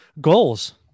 goals